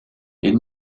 est